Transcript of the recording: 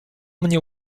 mnie